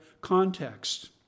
context